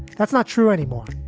that's not true anymore.